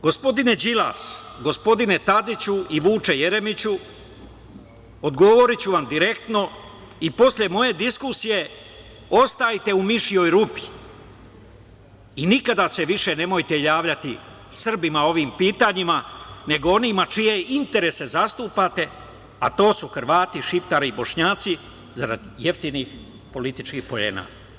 Gospodin Đilasu, gospodine Tadiću i Vuče Jeremiću odgovoriću vam direktno i posle moje diskusije ostajte u mišijoj rupi i nikada se više nemojte javljati Srbima ovim pitanjima, nego onima čije interese zastupate, a to su Hrvati, šiptari i Bošnjaci, zarad jeftinih političkih poena.